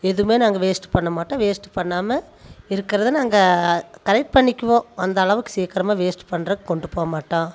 எதுவும் நாங்க வேஸ்ட்டு பண்ண மாட்டோம் வேஸ்ட்டு ஃபண்ணாமல் இருக்கிறத நாங்க கரெக்ட் பண்ணிக்குவோம் அந்தளவுக்கு சீக்கிரமாக வேஸ்ட்டு பண்றதுக்கு கொண்டு போகமாட்டோம்